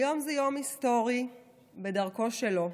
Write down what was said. היום הוא יום היסטורי בדרכו שלו.